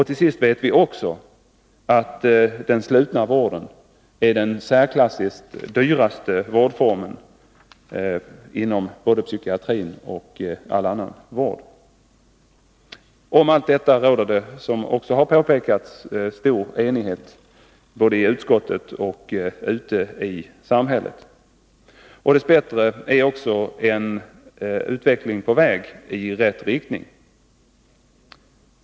Till sist vet vi också att den slutna vården är den i särklass dyraste vårdformen inom psykiatrin och all annan vård. Om allt detta råder det, som också har påpekats, stor enighet både i utskottet och ute i samhället. Dess bättre är också en utveckling på väg i rätt riktning.